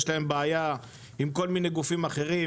יש להם בעיה עם כל מיני גופים אחרים,